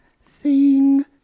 sing